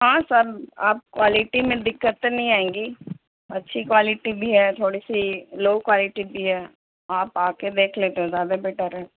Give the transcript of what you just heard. ہاں سر آپ کوالٹی میں دقت تو نہیں آئیں گی اچھی کوالٹی بھی ہے تھوڑی سی لو کوالٹی بھی ہے آپ آ کے دیکھ لیتے زیادہ بیٹر ہے